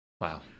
Wow